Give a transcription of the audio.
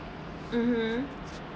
mmhmm